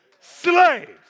slaves